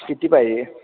किती पाहिजे